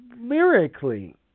lyrically